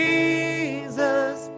Jesus